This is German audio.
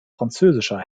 französischer